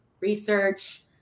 Research